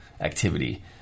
activity